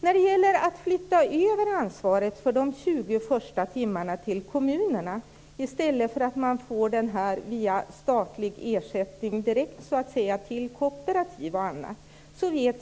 Så till frågan om att flytta över ansvaret för de 20 första timmarna till kommunerna i stället för att det går via statlig ersättning direkt till kooperativ och annat.